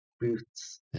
boots